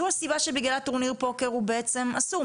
זו הסיבה שבגלל טורניר פוקר, בעצם, אסור.